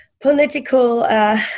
political –